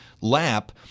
lap